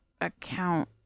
account